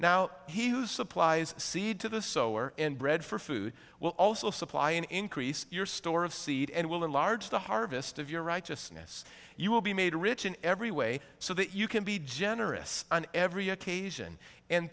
now he who supplies seed to the sower and bread for food will also supply and increase your store of seed and will enlarge the harvest of your righteousness you will be made rich in every way so that you can be generous on every occasion and